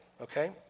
okay